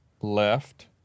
Left